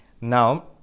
now